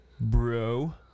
bro